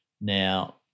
now